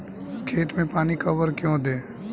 खेत में पानी कब और क्यों दें?